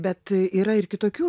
bet yra ir kitokių